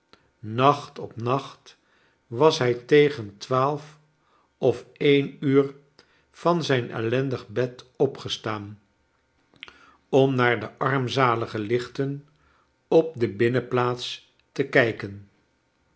nacht op nacht was liij tegen twaalf of een uur van zijn ellendig bed opgestaan om naar de armzajige lichten op de binnenplaats te kijken